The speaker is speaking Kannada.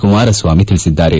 ಕುಮಾರಸ್ವಾಮಿ ತಿಳಿಸಿದ್ದಾರೆ